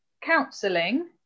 counselling